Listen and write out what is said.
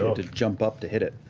to jump up to hit it.